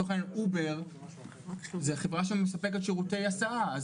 אובר זו חברה שמספקת שירותי הסעה,